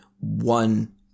one